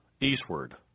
eastward